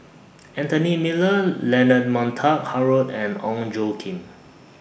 Anthony Miller Leonard Montague Harrod and Ong Tjoe Kim